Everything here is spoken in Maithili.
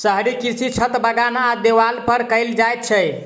शहरी कृषि छत, बगान आ देबाल पर कयल जाइत छै